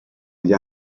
gli